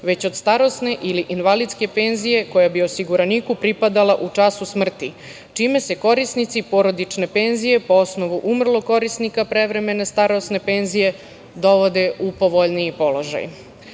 već od starosne ili invalidske penzije koja bi osiguraniku pripadala u času smrti, čime se korisnici porodične penzije po osnovu umrlog korisnika prevremene starosne penzije dovode u povoljniji položaj. Zatim